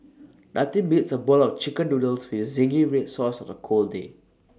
nothing beats A bowl of Chicken Noodles with Zingy Red Sauce on A cold day